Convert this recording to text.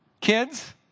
Kids